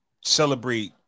celebrate